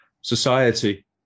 society